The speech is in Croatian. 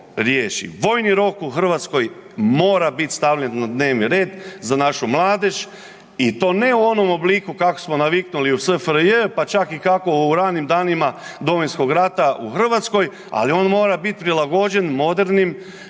Vojni rok u Hrvatskoj mora biti stavljen na dnevni red za našu mladež i to ne u onom obliku kak' smo naviknuli u SFRJ, pa čak i kako u ranim danima Domovinskog rata u Hrvatskoj, ali on mora biti prilagođen modernim vremenima